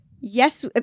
Yes